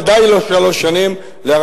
ודאי לא שלוש שנים,